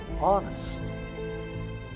honest